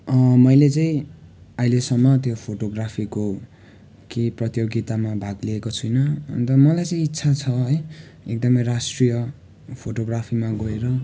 मैले चाहिँ अहिलेसम्म त्यो फोटोग्राफीको केही प्रतियोगितामा भाग लिएको छुइनँ अन्त मलाई चाहिँ इच्छा छ है एकदमै राष्ट्रिय फोटोग्राफीमा गएर